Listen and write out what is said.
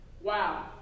Wow